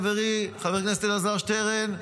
חברי חבר הכנסת אלעזר שטרן,